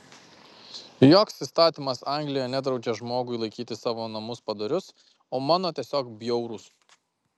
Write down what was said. joks įstatymas anglijoje nedraudžia žmogui laikyti savo namus padorius o mano tiesiog bjaurūs